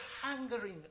hungering